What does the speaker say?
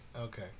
Okay